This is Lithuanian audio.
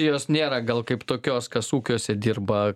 ijos nėra gal kaip tokios kas ūkiuose dirba